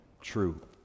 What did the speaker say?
True